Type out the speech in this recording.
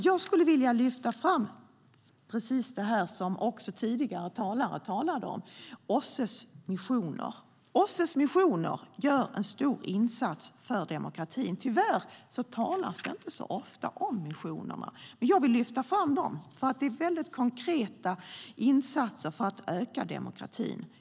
Jag skulle vilja lyfta fram samma sak som tidigare talare tog upp, nämligen OSSE:s missioner. De gör en stor insats för demokratin. Tyvärr talas det inte så ofta om missionerna, men jag vill lyfta fram dem. Det är väldigt konkreta insatser för att öka demokratin.